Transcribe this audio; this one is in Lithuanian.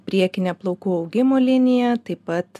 priekinę plaukų augimo liniją taip pat